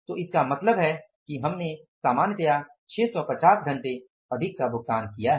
तो इसका मतलब है कि हमने सामान्यतया 650 घंटे अधिक का भुगतान किया है